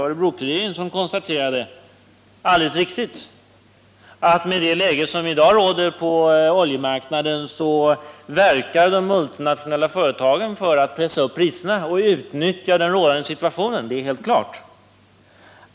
Örebro-Kuriren konstaterade alldeles riktigt att de multinationella företagen med det läge som i dag råder på oljemarknaden pressar upp priserna och utnyttjar den nuvarande situationen. Det är helt klart.